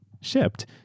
shipped